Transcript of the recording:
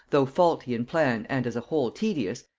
though faulty in plan and as a whole tedious,